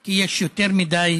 כי יש יותר מדי